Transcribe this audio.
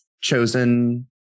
chosen